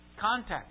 context